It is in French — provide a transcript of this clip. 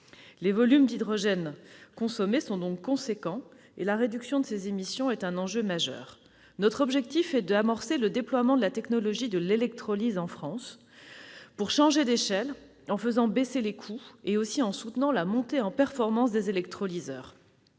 Les volumes d'hydrogène actuellement consommés sont importants, et la réduction de ces émissions est un enjeu majeur. Notre objectif est d'amorcer le déploiement de la technologie de l'électrolyse en France, pour changer d'échelle en faisant baisser les coûts et en soutenant la montée en performance des électrolyseurs.